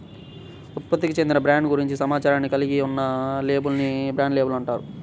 ఉత్పత్తికి చెందిన బ్రాండ్ గురించి సమాచారాన్ని కలిగి ఉన్న లేబుల్ ని బ్రాండ్ లేబుల్ అంటారు